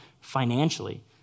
financially